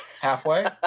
Halfway